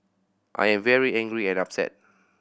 I am very angry and upset